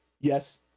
yes